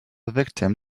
victim